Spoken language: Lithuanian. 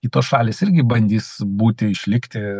kitos šalys irgi bandys būti išlikti